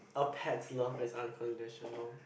a pet love is unconditional